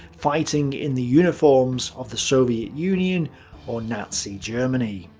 fighting in the uniforms of the soviet union or nazi germany.